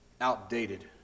outdated